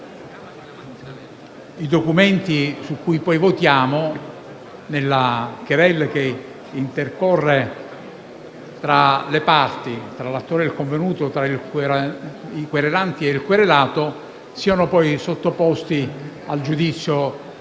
i documenti sui quali poi votiamo, nella *querelle* che intercorre tra le parti, tra l'attore e il convenuto, tra i querelanti e il querelato siano poi sottoposti al giudizio